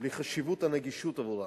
לחשיבות הנגישות עבורם,